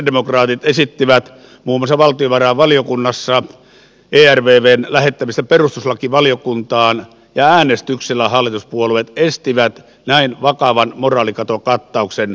sosialidemokraatit esittivät muun muassa valtiovarainvaliokunnassa ervvn lähettämistä perustuslakivaliokuntaan ja äänestyksellä hallituspuolueet estivät näin vakavan moraalikatokattauksen perustuslaillisen käsittelyn